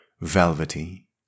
velvety